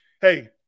Hey